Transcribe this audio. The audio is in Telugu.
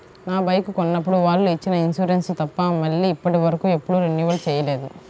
నా బైకు కొన్నప్పుడు వాళ్ళు ఇచ్చిన ఇన్సూరెన్సు తప్ప మళ్ళీ ఇప్పటివరకు ఎప్పుడూ రెన్యువల్ చేయలేదు